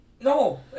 No